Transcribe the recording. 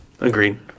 Agreed